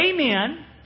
Amen